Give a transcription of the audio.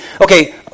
okay